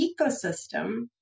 ecosystem